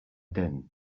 din